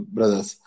Brothers